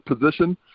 position